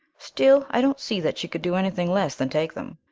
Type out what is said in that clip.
still, i don't see that she could do anything less than take them,